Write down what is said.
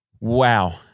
Wow